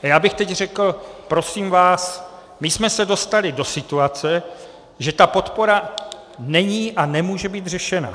Já bych teď řekl, prosím vás, my jsme se dostali do situace, že podpora není a nemůže být řešena.